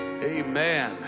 amen